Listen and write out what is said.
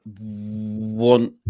want